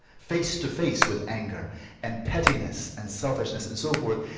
face to face with anger and pettiness and selfishness and so forth.